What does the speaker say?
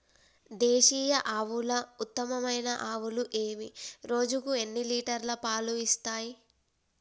దేశీయ ఆవుల ఉత్తమమైన ఆవులు ఏవి? రోజుకు ఎన్ని లీటర్ల పాలు ఇస్తాయి?